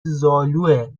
زالوئه